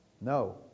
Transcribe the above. No